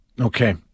Okay